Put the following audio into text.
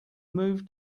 move